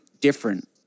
different